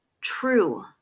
true